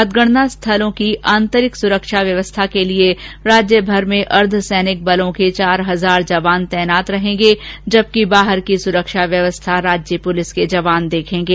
मतगणना स्थलों की आंतरिक सुरक्षा व्यवस्था के लिए राज्यभर में अर्द्वसैनिक बलों के चार हजार जवान तैनात रहेंगे जबकि बाहर ही सुरक्षा व्यवस्था राज्य पुलिस के जवान देखेंगे